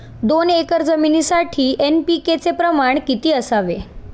दोन एकर जमिनीसाठी एन.पी.के चे प्रमाण किती असावे?